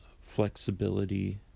flexibility